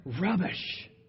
rubbish